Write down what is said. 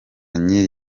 nyiri